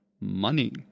money